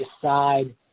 decide